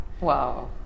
Wow